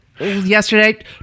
Yesterday